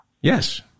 Yes